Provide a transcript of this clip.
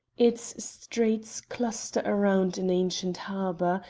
its streets cluster round an ancient harbour,